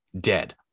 dead